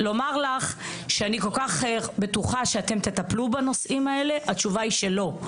לומר לך שאני כל כך בטוחה שאתם תטפלו בנושאים האלה התשובה היא לא,